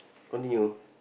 continue